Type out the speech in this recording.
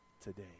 Today